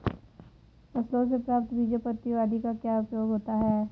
फसलों से प्राप्त बीजों पत्तियों आदि का क्या उपयोग होता है?